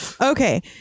Okay